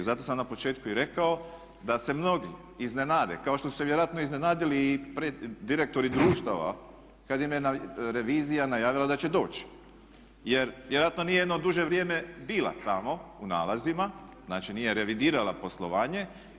Zato sam na početku i rekao da se mnogi iznenade kao što su se vjerojatno iznenadili i direktori društava kad im je revizija najavila da će doći, jer vjerojatno nije jedno duže vrijeme bila tamo u nalazima, znači nije revidirala poslovanje.